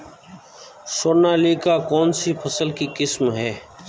सोनालिका कौनसी फसल की किस्म है?